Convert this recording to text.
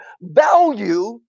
value